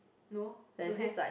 no don't have